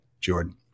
Jordan